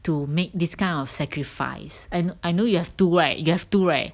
to make this kind of sacrifice and I know you have two right you have two right